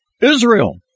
Israel